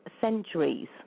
centuries